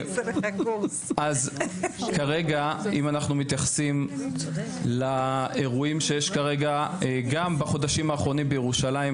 אז אם אנחנו מתייחסים לאירועים שיש כרגע גם בחודשים האחרונים בירושלים,